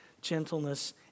gentleness